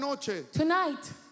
Tonight